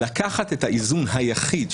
לקחת את האיזון היחיד,